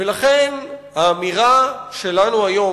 ולכן האמירה שלנו היום,